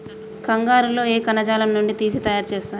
కంగారు లో ఏ కణజాలం నుండి తీసి తయారు చేస్తారు?